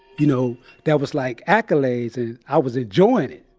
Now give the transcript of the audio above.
you know, that was like accolades, and i was enjoying it.